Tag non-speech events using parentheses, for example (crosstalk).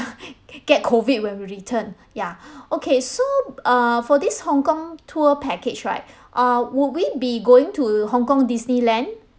(laughs) g~ get COVID when we return (breath) ya (breath) okay so b~ uh for this hong kong tour package right (breath) uh would we be going to hong kong disneyland